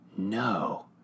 No